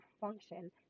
function